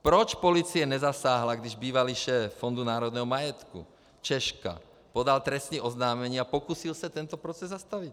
Proč policie nezasáhla, když bývalý šéf Fondu národního majetku Češka podal trestní oznámení a pokusil se tento proces zastavit?